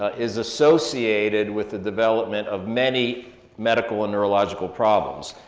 ah is associated with the development of many medical and neurological problems.